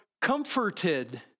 comforted